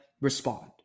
respond